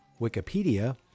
Wikipedia